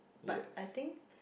but I think